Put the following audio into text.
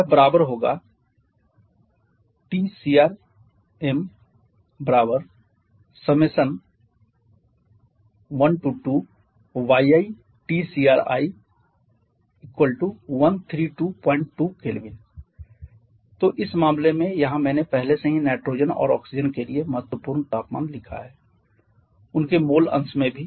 यह बराबर होगा Tcrmi12yiTcri1322 K तो इस मामले में यहाँ मैंने पहले से ही नाइट्रोजन और ऑक्सीजन के लिए महत्वपूर्ण तापमान लिखा है उनके मोल अंश में भी